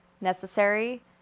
necessary